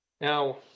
Now